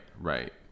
right